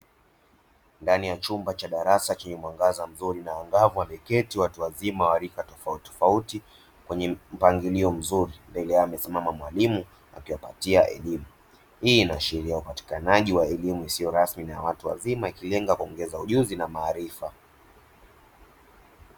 Ndani ya chumba cha darasa chenye mwangaza mzuri na angavu, wameketi watu wazima wa rika tofauti kwenye mpangilio mzuri, mbele ya mwalimu wa kike akiwapatia elimu; hii inaashiria upatikanaji wa elimu isiyo rasmi na ya watu wazima, ikilenga kuongeza ujuzi na maarifa.